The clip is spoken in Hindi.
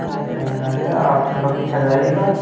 मैं कहीं ना गया आप थोड़ा पीछे आ जाइएगा